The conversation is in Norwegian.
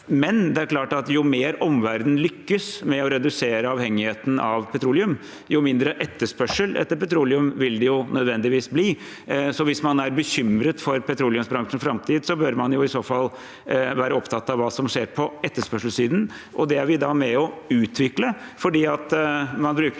men det er klart at jo mer omverdenen lykkes med å redusere avhengigheten av petroleum, jo mindre etterspørsel etter petroleum vil det nødvendigvis bli. Hvis man er bekymret for petroleumsbransjens framtid, bør man i så fall være opptatt av hva som skjer på etterspørselssiden. Det er vi med på å utvikle. Man bruker